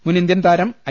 മുൻ ഇന്ത്യൻതാരം ഐ